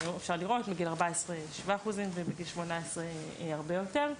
אפשרת לראות שבגיל 14 יש שבעה אחוזים ובגיל 18 יש הרבה יותר.